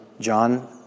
John